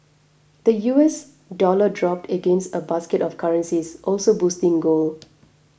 the U S dollar dropped against a basket of currencies also boosting gold